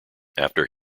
after